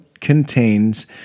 contains